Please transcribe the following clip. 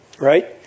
right